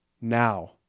now